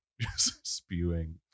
spewing